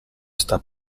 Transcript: sta